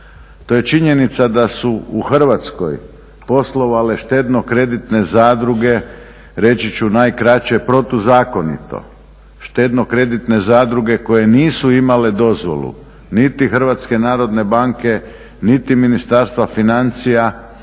To je činjenica da su u Hrvatskoj poslovale štedno-kreditne zadruge, reći ću najkraće protuzakonito. Štedno-kreditne zadruge koje nisu imale dozvolu niti Hrvatske narodne banke, niti Ministarstva financija,